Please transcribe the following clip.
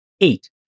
eight